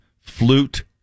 flute